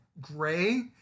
gray